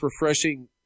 refreshing